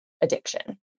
addiction